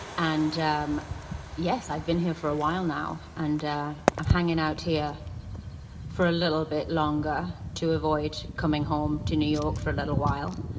and um yes, i've been here for a while now and i'm hanging out here for a little bit longer to avoid coming home to new york for a little while.